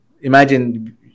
imagine